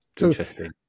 Interesting